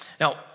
Now